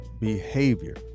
behavior